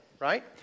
right